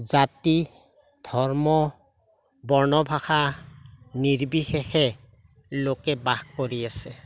জাতি ধৰ্ম বৰ্ণ ভাষা নিৰ্বিশেষে লোকে বাস কৰি আছে